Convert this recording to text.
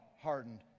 hardened